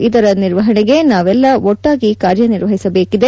ಇದರ ನಿವಾರಣೆಗೆ ನಾವೆಲ್ಲಾ ಒಟ್ಟಾಗಿ ಕಾರ್ಯನಿರ್ವಹಿಸಬೇಕಿದೆ